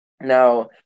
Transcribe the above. Now